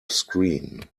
screen